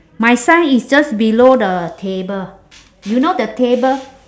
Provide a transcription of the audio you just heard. my sign is just below the table you know the table